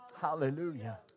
Hallelujah